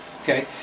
Okay